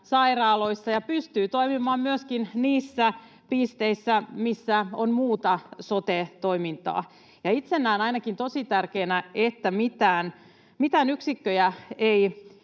sairaaloissa ja pystyy toimimaan myöskin niissä pisteissä, missä on muuta sote-toimintaa. Ainakin itse näen tosi tärkeänä, että mitään yksikköjä ei